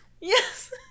Yes